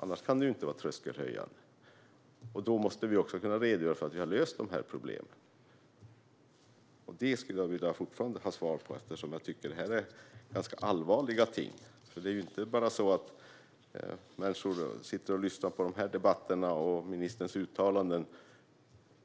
Annars kan den inte vara tröskelhöjande. Då måste vi också kunna redogöra för att problemen har lösts. Jag vill fortfarande ha svar på mina frågor eftersom det är fråga om allvarliga ting. Det är inte så att människor lyssnar på dessa debatter och ministerns uttalanden